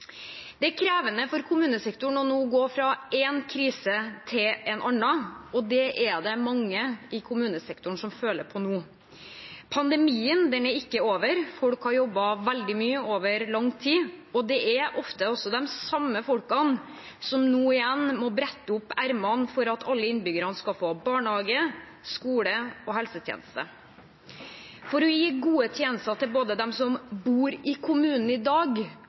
Det er krevende for kommunesektoren nå å gå fra en krise til en annen, og det er det mange i kommunesektoren som føler på nå. Pandemien er ikke over. Folk har jobbet veldig mye over lang tid, og det er ofte også de samme folkene som nå igjen må brette opp ermene for at alle innbyggerne skal få barnehage, skole og helsetjeneste. For å gi gode tjenester til både dem som bor i kommunen i dag,